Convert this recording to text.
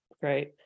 great